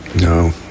No